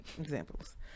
examples